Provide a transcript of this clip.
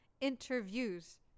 interviews